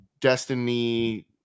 destiny